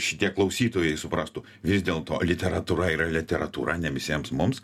šitie klausytojai suprastų vis dėlto literatūra yra literatūra ne visiems mums